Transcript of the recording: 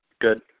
good